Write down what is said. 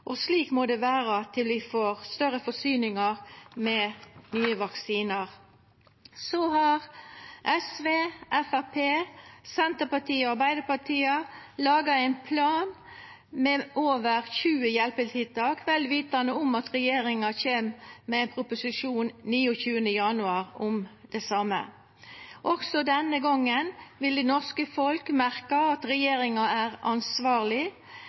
og slik må det vera til vi får større forsyningar med nye vaksinar. Så har SV, Framstegspartiet, Senterpartiet og Arbeidarpartiet laga ein plan med over 20 hjelpetiltak, vel vitande om at regjeringa kjem med ein proposisjon 29. januar om det same. Også denne gongen vil det norske folk merka at regjeringa er ansvarleg,